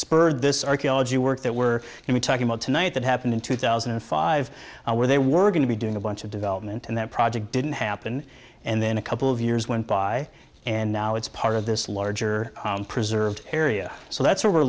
spurred this archaeology work that we're talking about tonight that happened in two thousand and five where they were going to be doing a bunch of development and that project didn't happen and then a couple of years went by and now it's part of this larger preserved area so that's where we're